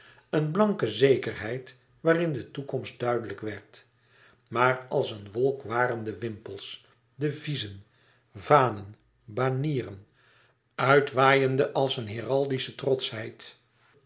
een blanke zekerheid waarin de toekomst duidelijk werd maar als een wolk waren de wimpels deviezen vanen banieren uitwaaiende als een heraldische trotschheid